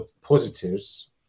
positives